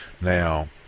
Now